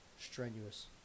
strenuous